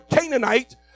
Canaanite